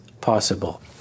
possible